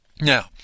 Now